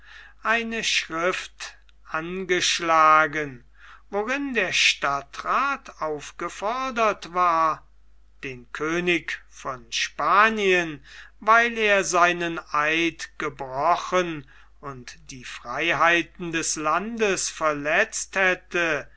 eine schrift angeschlagen worin der stadtrath aufgefordert war den könig von spanien weil er seinen eid gebrochen und die freiheiten des landes verletzt hätte